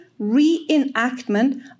reenactment